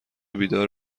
بیدار